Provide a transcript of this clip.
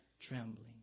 trembling